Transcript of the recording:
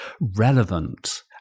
relevant